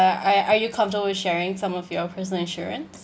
uh are are you comfortable sharing some of your personal insurance